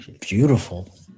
beautiful